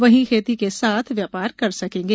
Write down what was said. वहीं खेती के साथ व्यापार कर सकेंगे